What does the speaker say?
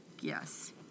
Yes